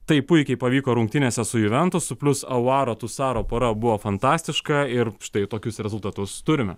tai puikiai pavyko rungtynėse su juventusu plius aouaro tusaro pora buvo fantastiška ir štai tokius rezultatus turime